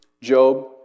Job